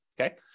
okay